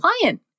client